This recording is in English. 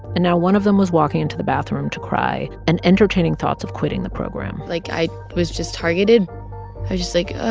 and now one of them was walking into the bathroom to cry and entertaining thoughts of quitting the program like, i was just targeted. i was just like, oh,